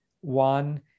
one